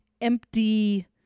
empty